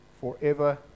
forever